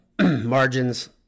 margins